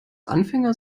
anfänger